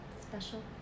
special